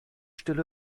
stille